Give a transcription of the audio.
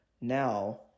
now